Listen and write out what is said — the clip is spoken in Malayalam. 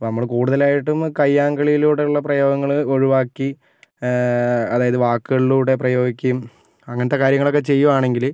അപ്പോൾ നമ്മള് കൂടുതലായിട്ടും കയ്യാങ്കളിയിലൂടെയുള്ള പ്രയോഗങ്ങള് ഒഴിവാക്കി അതായത് വാക്കുകളിലൂടെ പ്രയോഗിക്കുകയും അങ്ങനത്തെ കാര്യങ്ങളൊക്കെ ചെയ്യുവാണെങ്കില്